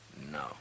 No